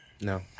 No